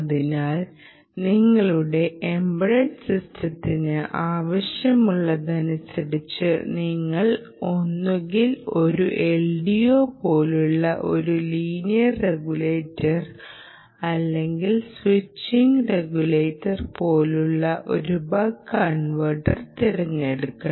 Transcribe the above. അതിനാൽ നിങ്ങളുടെ എംബഡഡ് സിസ്റ്റത്തിന് ആവശ്യമുള്ളത് അനുസരിച്ച് നിങ്ങൾ ഒന്നുകിൽ ഒരു LDO പോലുള്ള ഒരു ലീനിയർ റെഗുലേറ്റർ അല്ലെങ്കിൽ സ്വിച്ചിംഗ് റെഗുലേറ്റർ പോലുള്ള ഒരു ബക്ക് കൺവെർട്ടർ തിരഞ്ഞെടുക്കണം